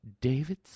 David